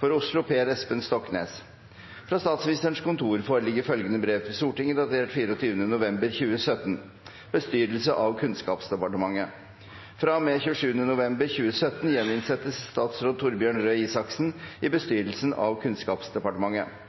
For Oslo: Per Espen Stoknes Fra Statsministerens kontor foreligger følgende brev til Stortinget datert 24. november 2017: «Bestyrelse av Kunnskapsdepartementet Fra og med 27. november 2017 gjeninnsettes statsråd Torbjørn Røe Isaksen i bestyrelsen av Kunnskapsdepartementet.» Presidenten foreslår